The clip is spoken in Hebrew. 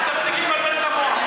אז תפסיקי לבלבל את המוח.